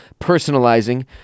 personalizing